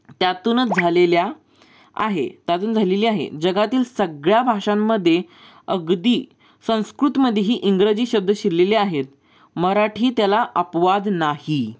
त्यातूनच झालेल्या आहे त्यातून झालेली आहे जगातील सगळ्या भाषांमध्ये अगदी संस्कृतमध्येही इंग्रजी शब्द शिरलेली आहेत मराठी त्याला अपवाद नाही